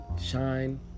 shine